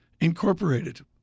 Incorporated